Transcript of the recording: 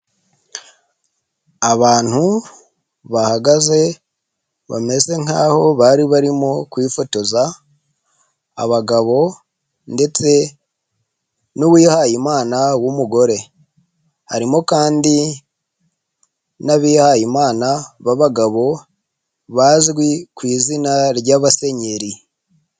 Abantu bahagaze bameze nk'aha bari barimo kwifotoza, abagabo ndetse n'uwihaye imana w'umugore, harimo kandi n'abihaye imana b'abagabo bazwi ku izina ry'abasenyeri.